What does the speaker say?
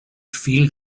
feel